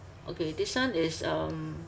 okay this one is um